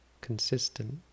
consistent